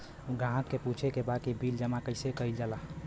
ग्राहक के पूछे के बा की बिल जमा कैसे कईल जाला?